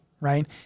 right